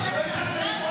על זה שאמרו לי ללכת לעזאזל?